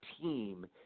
team